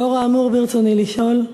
לנוכח האמור ברצוני לשאול: